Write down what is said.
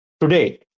today